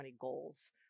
goals